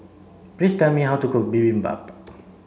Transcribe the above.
please tell me how to cook Bibimbap